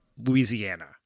Louisiana